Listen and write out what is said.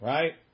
Right